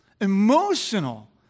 emotional